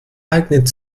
eignet